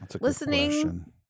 listening